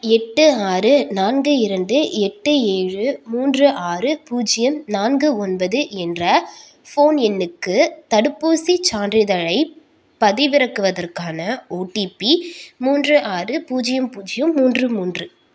எட்டு ஆறு நான்கு இரண்டு எட்டு ஏழு மூன்று ஆறு பூஜ்ஜியம் நான்கு ஒன்பது என்ற ஃபோன் எண்ணுக்கு தடுப்பூசிச் சான்றிதழைப் பதிவிறக்குவதற்கான ஓடிபி மூன்று ஆறு பூஜ்ஜியம் பூஜ்ஜியம் மூன்று மூன்று